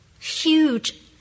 huge